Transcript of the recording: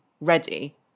ready